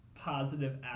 positive